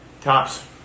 Tops